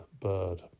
bird